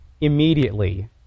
immediately